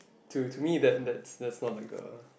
to to me that's that's that's not like the